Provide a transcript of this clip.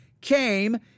came